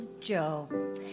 Joe